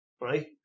right